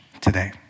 today